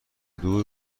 دور